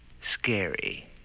scary